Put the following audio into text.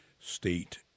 State